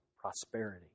prosperity